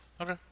Okay